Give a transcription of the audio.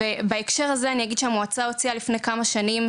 ובהקשר הזה אני אגיד שהמועצה הוציאה לפני כמה שנים,